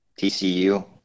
TCU